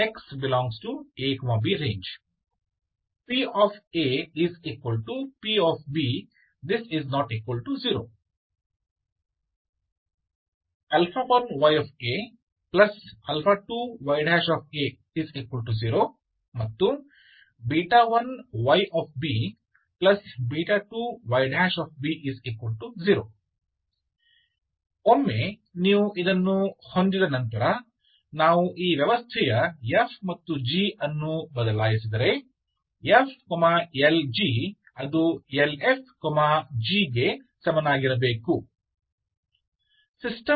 Ly λy x ∈ab pap≠0 1y a 2y a0 ಮತ್ತು 1y b 2y b0 ಒಮ್ಮೆ ನೀವು ಇದನ್ನು ಹೊಂದಿದ ನಂತರ ನಾವು ಈ ವ್ಯವಸ್ಥೆಯ f ಮತ್ತು g ಅನ್ನು ಬದಲಾಯಿಸಿದರೆ ⟨f Lg⟩ ಅದು ⟨Lf g⟩ಗೆ ಸಮನಾಗಿರಬೇಕು